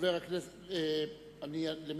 חבר הכנסת אמסלם,